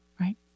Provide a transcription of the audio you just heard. right